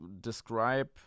describe